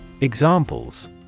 Examples